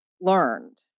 learned